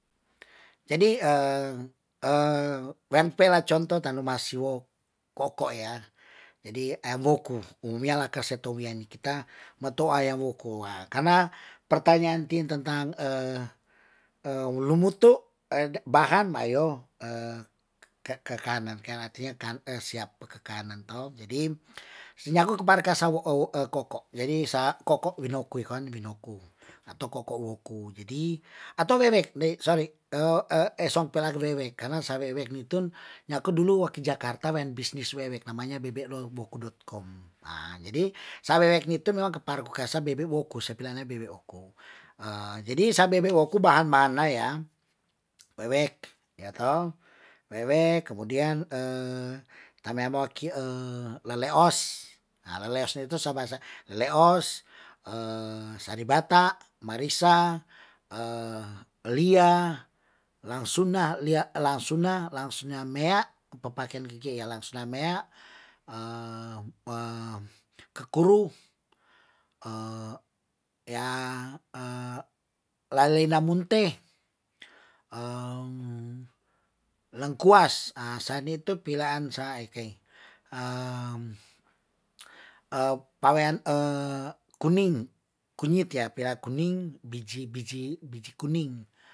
Jadi lan pela contoh tanuma siwok koko' ya, jadi ayam woku omiya laker se tou wiyanikita ma tou ayam woku, karena pertanyaan tin tentang lumutu bahan bayo, ke kanan kan artinya kan sia ke kanan toh, jadi si nyaku kepareka sawo ewe, koko', jadi sa koko winoku koi kon winoku atau koko' woku, jadi atau wewek, sorry karena sa wewek nitun nyaku dulu oki jakarta wen bisnis wewek namanya bebek no boku dot com, jadi sa wewek nitu memang keparku kasa bebek woku, se pilana bebek woku, jadi sa bebek woku bahan- bahan na ya, wewek iyo toh, wewek kemudian lele os, nah lele os na itu sa basa, leleos saribata, marisa, lia, langsuna, langsuna mea kekuru lalena munte lengkuas, sa nitu pilaan sa ikei pawean kuning, kunyit ya, pea kuning, biji biji kuning